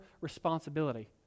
responsibility